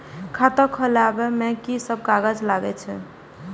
खाता खोलाअब में की सब कागज लगे छै?